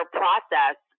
process